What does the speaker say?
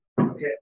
Okay